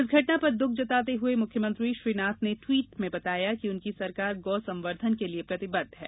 इस घटना पर दुख जताते हुए मुख्यमंत्री श्री नाथ ने ट्वीट के बताया कि उनकी सरकार गौ संवर्धन के लिए प्रतिबद्ध है